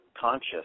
conscious